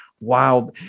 wow